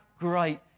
Great